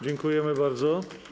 Dziękujemy bardzo.